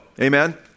Amen